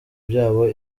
byabo